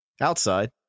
Outside